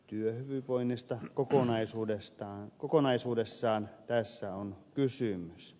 työhyvinvoinnista kokonaisuudessaan tässä on kysymys